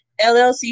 LLC